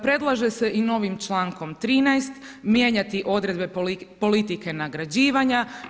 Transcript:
Predlaže se i novim čl. 13. mijenjati odredbe politike nagrađivanja.